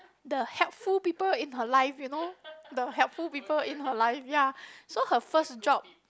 the helpful people in her life you know the helpful people in her life ya so her first job